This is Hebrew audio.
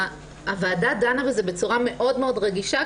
הוועדה דנה בזה בצורה מאוד מאוד רגישה,